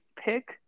pick